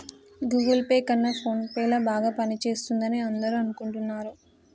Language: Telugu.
గూగుల్ పే కన్నా ఫోన్ పే ల బాగా పనిచేస్తుందని అందరూ అనుకుంటున్నారు